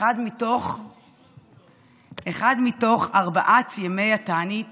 אחד מתוך ארבעת ימי התענית